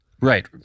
Right